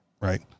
Right